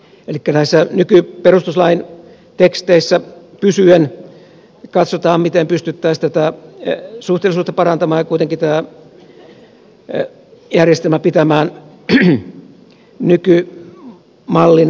elikkä näissä nykyperustuslain teksteissä pysyen katsotaan miten pystyttäisiin suhteellisuutta parantamaan ja kuitenkin tämä järjestelmä pitämään nykymallin mukaisena